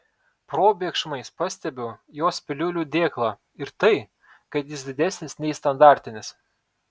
probėgšmais pastebiu jos piliulių dėklą ir tai kad jis didesnis nei standartinis